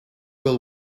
will